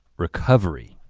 recovery,